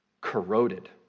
corroded